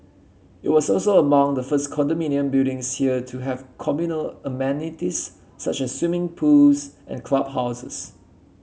it was also among the first condominium buildings here to have communal amenities such as swimming pools and clubhouses